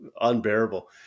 unbearable